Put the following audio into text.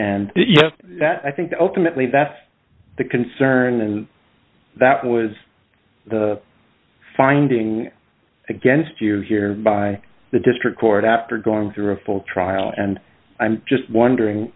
and that i think ultimately that's the concern and that was the finding against you here by the district court after going through a full trial and i'm just wondering